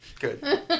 Good